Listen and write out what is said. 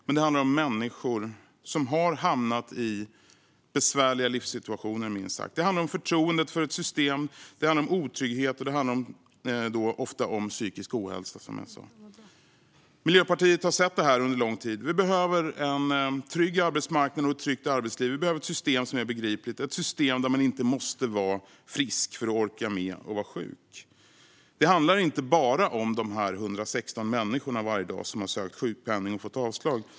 Det handlar om människor som har hamnat i minst sagt besvärliga livssituationer. Det handlar om förtroendet för ett system. Det handlar om otrygghet. Det handlar också, som jag sa, ofta om psykisk ohälsa. Miljöpartiet har sett det här under lång tid. Vi behöver en trygg arbetsmarknad och ett tryggt arbetsliv. Vi behöver ett system som är begripligt - ett system där man inte måste vara frisk för att orka med att vara sjuk. Det handlar inte bara om dessa 116 människor varje dag som har sökt sjukpenning och fått avslag.